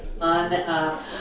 on